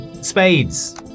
spades